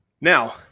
Now